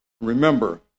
Remember